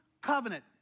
covenant